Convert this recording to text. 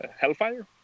Hellfire